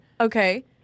Okay